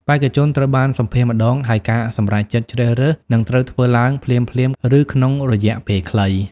បេក្ខជនត្រូវបានសម្ភាសន៍ម្តង ហើយការសម្រេចចិត្តជ្រើសរើសនឹងត្រូវធ្វើឡើងភ្លាមៗ ឬក្នុងរយៈពេលខ្លី។